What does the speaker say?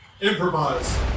Improvise